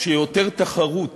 שיותר תחרות